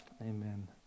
Amen